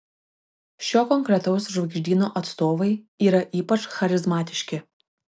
šio konkretaus žvaigždyno atstovai yra ypač charizmatiški